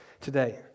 today